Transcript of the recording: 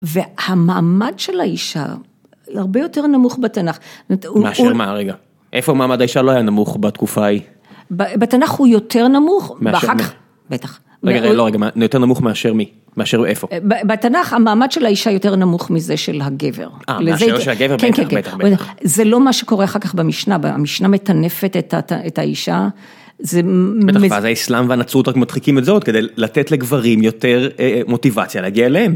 והמעמד של האישה, הרבה יותר נמוך בתנ״ך. מאשר מה, רגע? איפה המעמד האישה לא היה נמוך בתקופה ההיא? בתנ״ך הוא יותר נמוך. מאשר מי? בטח. רגע, לא, רגע, יותר נמוך מאשר מי? מאשר איפה? בתנ״ך המעמד של האישה יותר נמוך מזה של הגבר. אה, מאשר שהגבר בטח, בטח, בטח. זה לא מה שקורה אחר כך במשנה, המשנה מטנפת את האישה. בטח, ואז האסלאם והנצרות רק מדחיקים את זה עוד כדי לתת לגברים יותר מוטיבציה להגיע אליהם.